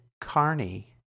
Carney